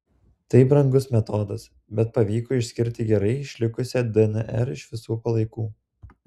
tai brangus metodas bet pavyko išskirti gerai išlikusią dnr iš visų palaikų